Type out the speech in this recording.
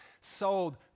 Sold